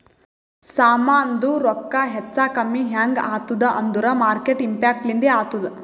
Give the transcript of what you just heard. ಸಾಮಾಂದು ರೊಕ್ಕಾ ಹೆಚ್ಚಾ ಕಮ್ಮಿ ಹ್ಯಾಂಗ್ ಆತ್ತುದ್ ಅಂದೂರ್ ಮಾರ್ಕೆಟ್ ಇಂಪ್ಯಾಕ್ಟ್ ಲಿಂದೆ ಆತ್ತುದ